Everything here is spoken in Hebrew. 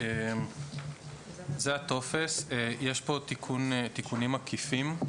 זה הטופס, יש פה תיקונים עקיפים.